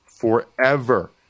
forever